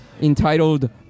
entitled